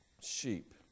sheep